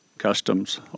Customs